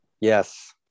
Yes